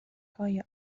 های